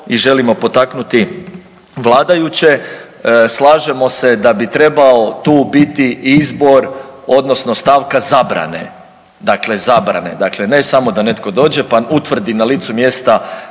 i želimo potaknuti vladajuće, slažemo se da bi trebao tu biti izbor odnosno stavka zabrane, dakle zabrane, dakle ne samo da netko dođe pa utvrdi na licu mjesta